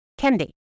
Kendi